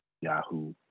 Yahoo